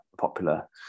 popular